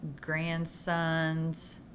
grandsons